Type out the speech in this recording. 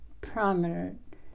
prominent